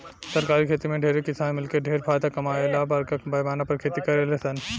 सरकारी खेती में ढेरे किसान मिलके ढेर फायदा कमाए ला बरका पैमाना पर खेती करेलन सन